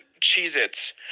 Cheez-Its